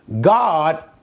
God